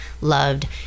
loved